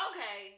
Okay